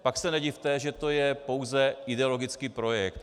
Pak se nedivte, že to je pouze ideologický projekt.